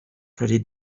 pretty